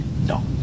No